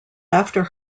after